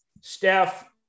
Steph